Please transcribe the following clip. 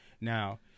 Now